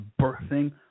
birthing